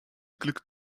glück